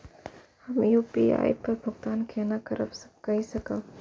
हम यू.पी.आई पर भुगतान केना कई सकब?